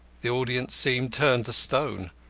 the audience seemed turned to stone.